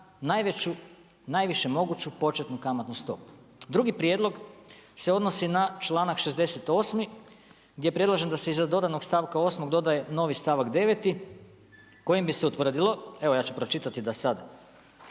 na najvišu moguću početnu kamatnu stopu. Drugi prijedlog se odnosi na čl.68. gdje predlažem iza dodanog stavka 8 dodaje novi stavak 9 kojim bi se utvrdilo, evo ja ću pročitati, da sad